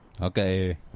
okay